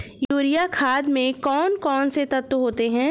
Urea खाद में कौन कौन से तत्व होते हैं?